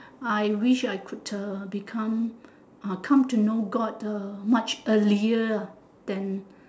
I wish I could a become uh come to know god much earlier than